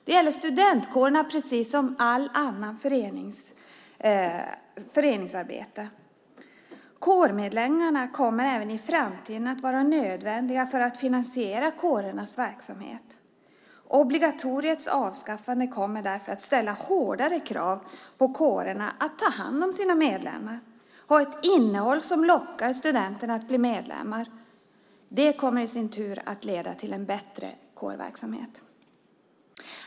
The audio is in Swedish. Det gäller för studentkårerna som för allt annat föreningsarbete. Kårmedlemmarna kommer även i framtiden att vara nödvändiga för att finansiera kårernas verksamhet. Avskaffandet av obligatoriet kommer därför att ställa hårdare krav på kårerna att ta hand om sina medlemmar. De måste ha ett innehåll som lockar studenterna att bli medlemmar. Det kommer i sin tur att leda till en bättre kårverksamhet.